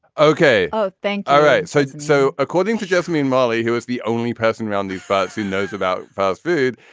ok. oh thanks. all right. so it's it's so according to jeremy and molly who is the only person around these folks who knows about fast food